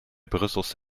brussels